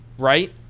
right